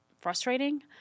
frustrating